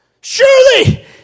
Surely